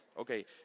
Okay